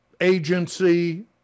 agency